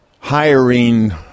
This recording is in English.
hiring